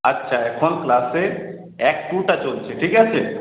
আচ্ছা এখন ক্লাসে অ্যাক্ট টুটা চলছে ঠিক আছে